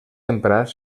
emprats